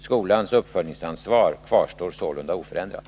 Skolans uppföljningsansvar kvarstår sålunda oförändrat.